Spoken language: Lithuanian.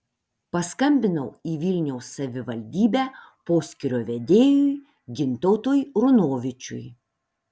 paskambinau į vilniaus savivaldybę poskyrio vedėjui gintautui runovičiui